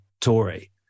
Tory